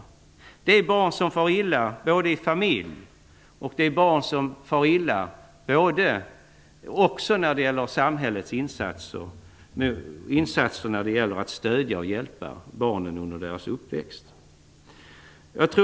Det är fråga om barn som far illa i familjen och för vilka samhället har misslyckats med sina insatser för att stöda och hjälpa dem under deras uppväxt.